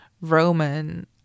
Roman